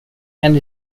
and